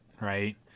right